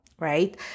Right